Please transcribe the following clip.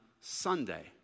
Sunday